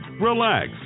relax